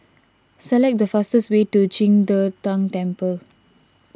select the fastest way to Qing De Tang Temple